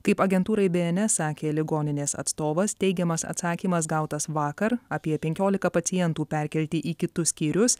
kaip agentūrai bns sakė ligoninės atstovas teigiamas atsakymas gautas vakar apie penkiolika pacientų perkelti į kitus skyrius